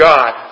God